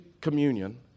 communion